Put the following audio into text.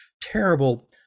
terrible